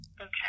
okay